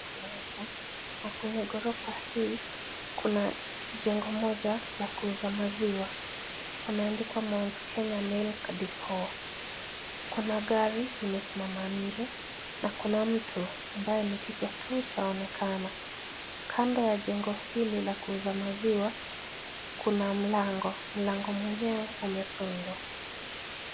Ni ghorofa na kwenye ghorofa hii kuna jengo moja la kuuza maziwa kumeandikwa] Mount Kenya milk depo . Kuna gari imesimama nje na kuna mtu ambaye ni kichwa tu chaonekana . Kando ya jengo hili la kuuza maziwa kuna mlango , mlango mwenyewe umefungwa.